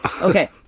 okay